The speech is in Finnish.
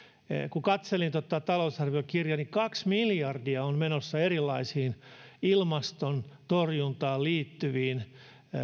kun katselin tuota talousarviokirjaa niin kaksi miljardia on menossa erilaisiin ilmastonmuutoksen torjuntaan liittyviin toimiin